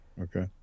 okay